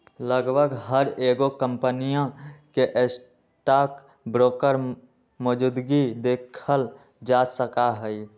लगभग हर एगो कम्पनीया में स्टाक ब्रोकर मौजूदगी देखल जा सका हई